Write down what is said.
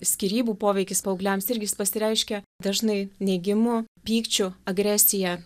skyrybų poveikis paaugliams irgi jis pasireiškia dažnai neigimu pykčiu agresija